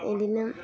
बिदिनो